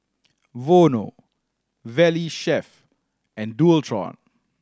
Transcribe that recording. Vono Valley Chef and Dualtron